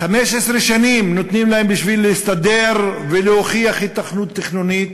15 שנים נותנים להם בשביל להסתדר ולהוכיח היתכנות תכנונית,